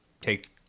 take